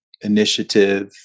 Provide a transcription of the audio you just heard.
initiative